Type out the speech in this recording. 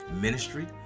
ministry